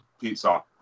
pizza